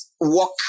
walk